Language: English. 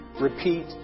repeat